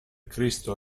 cristo